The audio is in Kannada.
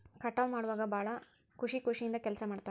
ಕಟಾವ ಮಾಡುವಾಗ ಭಾಳ ಖುಷಿ ಖುಷಿಯಿಂದ ಕೆಲಸಾ ಮಾಡ್ತಾರ